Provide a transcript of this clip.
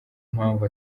mpamvu